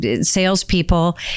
salespeople